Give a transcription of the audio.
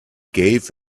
gave